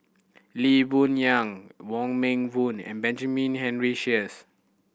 Lee Boon Yang Wong Meng Voon and Benjamin Henry Sheares